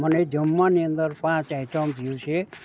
મને જમવાની અંદર પાંચ આઈટમ જોએ છે